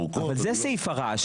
מנימוקים מיוחדים שיירשמו,